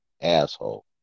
asshole